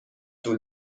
طول